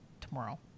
tomorrow